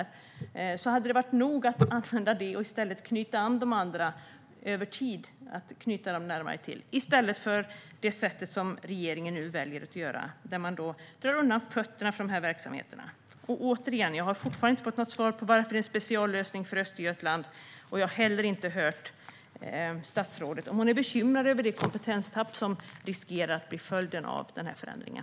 Det hade varit nog att använda det här och knyta de andra till sig över tid i stället för att göra på det sätt som regeringen nu väljer att göra. Man slår undan fötterna för dessa verksamheter. Jag har fortfarande inte fått något svar på varför det blir en speciallösning för Östergötland. Jag har inte heller hört om statsrådet är bekymrad över det kompetenstapp som riskerar att bli följden av förändringen.